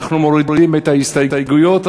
ואנחנו מורידים את ההסתייגויות,